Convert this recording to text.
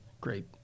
Great